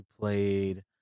played